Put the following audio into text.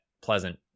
Pleasant